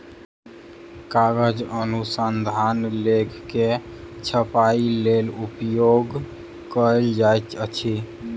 कागज अनुसंधान लेख के छपाईक लेल उपयोग कयल जाइत अछि